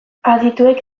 adituek